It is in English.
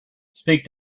speak